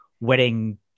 wedding